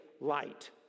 light